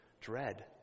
dread